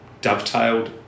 dovetailed